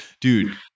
Dude